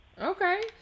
Okay